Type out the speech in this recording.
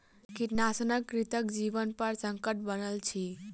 कृंतकनाशक कृंतकक जीवनपर संकट बनल अछि